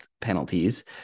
penalties